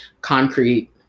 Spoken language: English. concrete